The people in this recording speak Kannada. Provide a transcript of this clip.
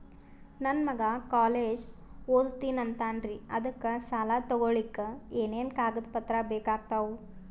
ನನ್ನ ಮಗ ಕಾಲೇಜ್ ಓದತಿನಿಂತಾನ್ರಿ ಅದಕ ಸಾಲಾ ತೊಗೊಲಿಕ ಎನೆನ ಕಾಗದ ಪತ್ರ ಬೇಕಾಗ್ತಾವು?